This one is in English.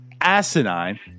asinine